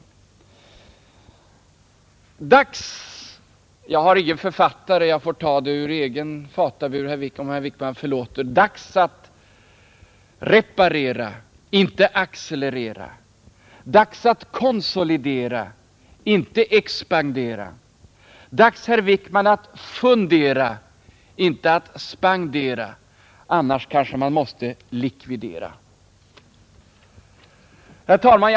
Jag har ingen författare, så jag får ta det ur egen fatabur, om herr Wickman förlåter: Dags att reparera, inte accelerera. Dags att konsolidera, inte expandera. Dags, herr Wickman, att fundera, inte att spendera. Annars kanske man måste likvidera. Herr talman!